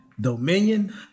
Dominion